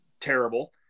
terrible